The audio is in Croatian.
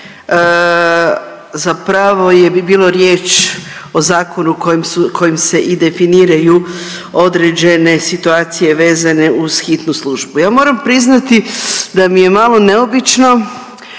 Zapravo bi bilo riječ o zakonu kojim se i definiraju određene situacije vezane uz Hitnu službu. Ja moram priznati da mi je malo neobično,